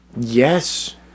Yes